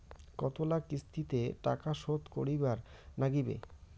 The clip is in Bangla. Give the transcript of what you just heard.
কতোলা কিস্তিতে টাকা শোধ করিবার নাগীবে?